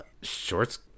Shorts